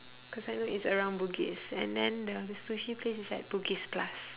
cause I know it's around bugis and then the the sushi place is at bugis-plus